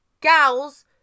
gals